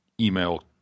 Email